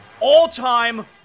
all-time